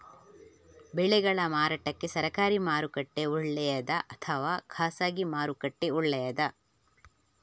ಬೆಳೆಗಳ ಮಾರಾಟಕ್ಕೆ ಸರಕಾರಿ ಮಾರುಕಟ್ಟೆ ಒಳ್ಳೆಯದಾ ಅಥವಾ ಖಾಸಗಿ ಮಾರುಕಟ್ಟೆ ಒಳ್ಳೆಯದಾ